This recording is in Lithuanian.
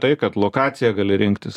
tai kad lokaciją gali rinktis